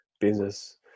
business